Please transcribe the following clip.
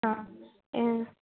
ആ